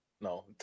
No